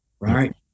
right